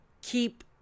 keep